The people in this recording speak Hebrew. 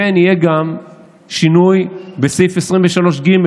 כמו כן, יהיה שינוי בסעיף 23(ג)